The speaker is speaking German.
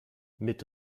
mit